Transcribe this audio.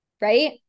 right